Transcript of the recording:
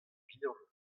vihan